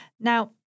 Now